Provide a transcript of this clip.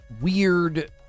weird